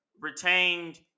retained